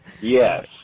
Yes